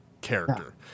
character